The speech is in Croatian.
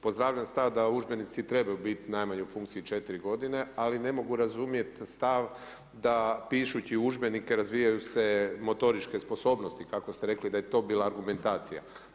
Pozdravljam stav da udžbenici trebaju biti najmanje u funkciji 4 godine, ali ne mogu razumjet stav da pišući u udžbenike razvijaju se motoričke sposobnosti, kako ste rekli da je to bila argumentacija.